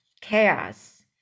chaos